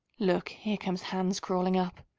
look, here comes hans crawling up.